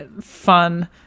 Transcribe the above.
fun